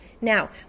Now